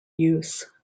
use